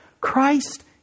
Christ